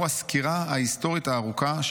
הוא סקירה היסטורית ארוכה,